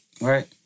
right